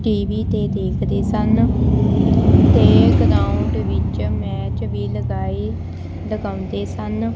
T V 'ਤੇ ਦੇਖਦੇ ਸਨ ਅਤੇ ਗਰਾਉਂਡ ਵਿੱਚ ਮੈਚ ਵੀ ਲਗਾਏ ਲਗਾਉਂਦੇ ਸਨ